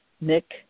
Nick